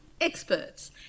experts